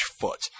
foot